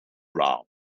round